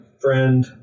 friend